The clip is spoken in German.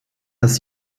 dass